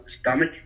stomach